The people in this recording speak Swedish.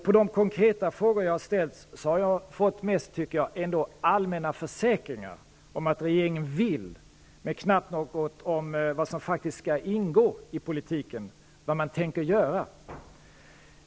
På de konkreta frågor jag har ställt har jag fått, tycker jag, mest allmänna försäkringar om att regeringen vill men knappt något om vad som faktiskt skall ingå i politiken, vad man tänker göra.